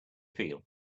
feel